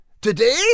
Today